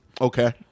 Okay